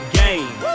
game